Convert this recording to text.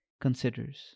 considers